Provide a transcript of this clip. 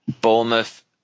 Bournemouth